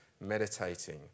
meditating